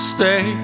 Stay